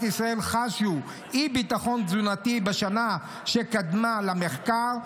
ישראל חשו אי-ביטחון תזונתי בשנה שקדמה למחקר,